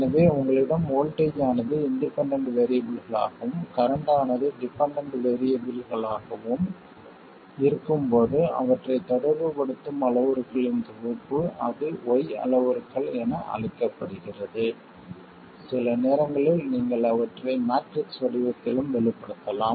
எனவே உங்களிடம் வோல்ட்டேஜ் ஆனது இண்டிபெண்டண்ட் வேறியபிள்களாகவும் கரண்ட் ஆனது டிபெண்டண்ட் வேறியபிள்களாகவும் இருக்கும்போது அவற்றைத் தொடர்புபடுத்தும் அளவுருக்களின் தொகுப்பு அது y அளவுருக்கள் என அழைக்கப்படுகிறது சில நேரங்களில் நீங்கள் அவற்றை மேட்ரிக்ஸ் வடிவத்திலும் வெளிப்படுத்தலாம்